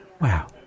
wow